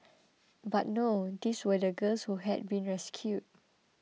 but no these were the girls who had been rescued